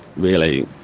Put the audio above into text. really